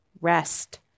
rest